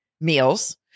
meals